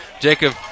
Jacob